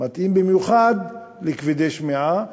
מתאים במיוחד לכבדי שמיעה,